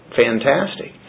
fantastic